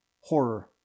Horror